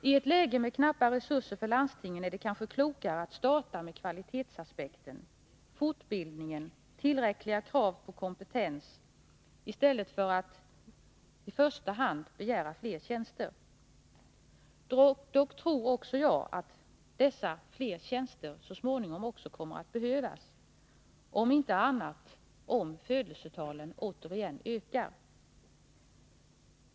I ett läge med knappa resurser för landstingen är det kanske klokare att starta med kvalitetsaspekten, fortbildningen och tillräckliga krav på kompetens i stället för att i första hand begära fler tjänster. Dock tror också jag att fler tjänster så småningom kommer att behövas, om inte annat för den händelse födelsetalen återigen ökar.